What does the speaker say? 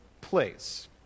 place